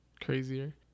crazier